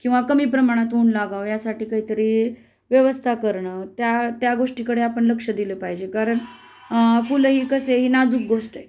किंवा कमी प्रमाणात ऊन लागावं यासाठी काहीतरी व्यवस्था करणं त्या त्या गोष्टीकडे आपण लक्ष दिलं पाहिजे कारण फुलं ही कसेही नाजूक गोष्ट